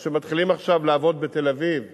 כמו שמתחילים עכשיו לעבוד בתל-אביב,